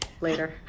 Later